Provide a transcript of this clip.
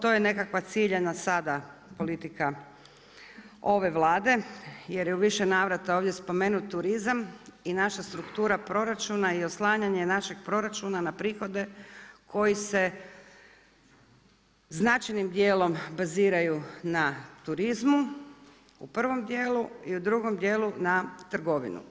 To je nekakva ciljan sad politika ove Vlade jer je u više navrata ovdje spomenut turizam i naša struktura proračuna i oslanjanje našeg proračuna na prihode koji se značajnim dijelom baziraju na turizmu u prvom djelu i u drugom djelu na trgovinu.